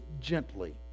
gently